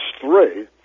three